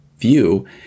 view